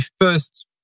first